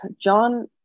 john